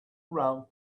round